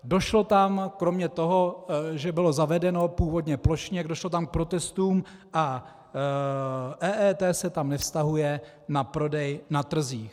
Došlo tam kromě toho, že bylo zavedeno, původně plošně, došlo tam k protestům a EET se tam nevztahuje na prodej na trzích.